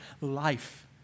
life